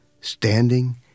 standing